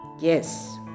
yes